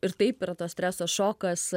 ir taip yra to streso šokas